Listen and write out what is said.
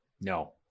No